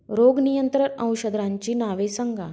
रोग नियंत्रण औषधांची नावे सांगा?